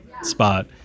spot